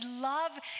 love